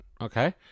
okay